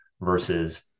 versus